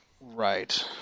right